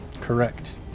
Correct